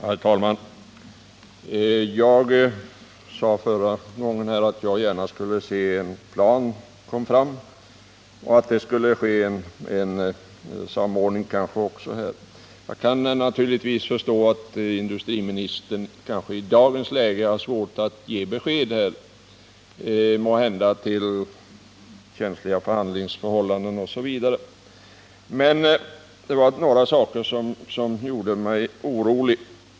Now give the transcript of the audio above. Herr talman! Jag sade i mitt förra anförande att jag gärna såg att en plan kom till stånd och att det skedde en samordning på detta område. Jag kan naturligtvis förstå att industriministern i dagens läge, med hänsyn till känsliga förhandlingsförhållanden etc., har svårt att ge besked. Men det var några saker som gjorde mig orolig.